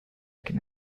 can